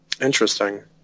interesting